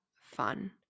fun